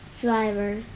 driver